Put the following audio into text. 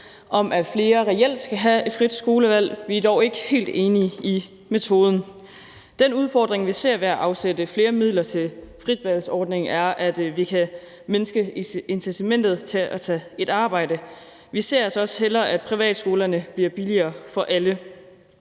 om, at flere reelt skal have et frit skolevalg. Vi er dog ikke helt enige i metoden. Den udfordring, vi ser ved at afsætte flere midler til fritvalgsordningen, er, at vi kan mindske incitamentet til at tage et arbejde. Vi ser altså også hellere, at privatskolerne bliver billigere for alle.